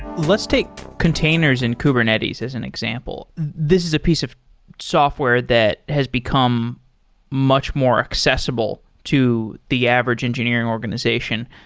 let's take containers and kubernetes as an example. this is a piece of software that has become much more accessible to the average engineering organization.